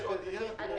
יש עוד עיר, גם